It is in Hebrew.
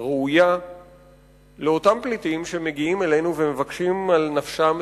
ראויה לאותם פליטים שמגיעים אלינו ומבקשים על נפשם,